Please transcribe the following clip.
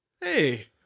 Hey